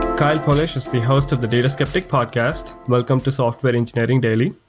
kyle polich is the host of the data skeptic podcast. welcome to software engineering daily.